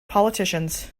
politicians